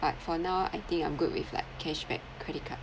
but for now I think I'm good with like cashback credit card